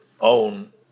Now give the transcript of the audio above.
own